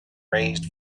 raised